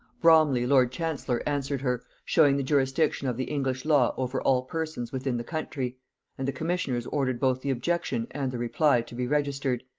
bromley lord-chancellor answered her, showing the jurisdiction of the english law over all persons within the country and the commissioners ordered both the objection and the reply to be registered,